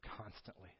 constantly